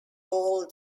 all